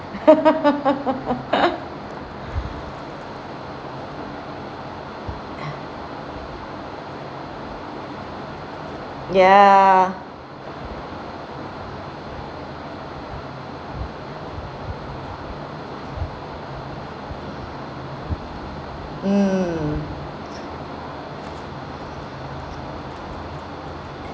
ya mm